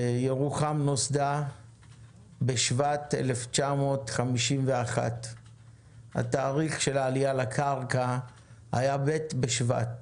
ירוחם נוסדה בשבט 1951. התאריך של העלייה לקרקע היה ב' בשבט